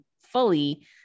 fully